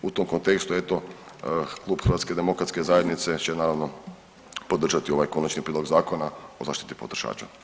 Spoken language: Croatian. U tom kontekstu eto Klub HDZ-a će naravno podržati ovaj Konačni prijedlog Zakona o zaštiti potrošača.